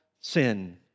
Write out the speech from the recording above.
sin